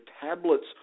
tablets